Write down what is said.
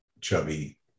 chubby